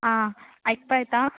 आं आयक्पाक येता